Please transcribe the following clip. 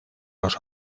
los